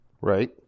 Right